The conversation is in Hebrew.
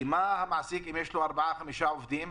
אם למעסיק יש ארבעה חמישה עובדים,